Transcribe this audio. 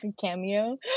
cameo